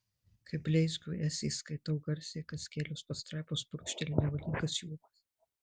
kai bleizgio esė skaitau garsiai kas kelios pastraipos purkšteli nevalingas juokas